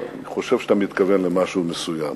אני חושב שאתה מתכוון למשהו מסוים.